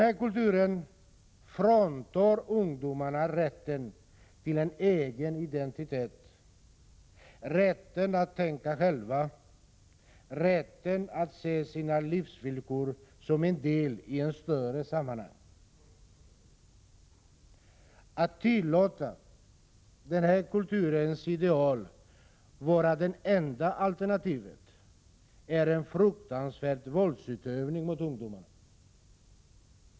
Denna kultur fråntar ungdomarna rätten till en egen identitet, rätten att tänka själva och rätten att se sina livsvillkor som en del i ett större sammanhang. Att tillåta denna kulturs ideal vara det enda alternativet är en fruktansvärd våldsutövning mot ungdomarna.